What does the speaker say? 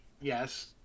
yes